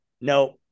No